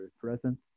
present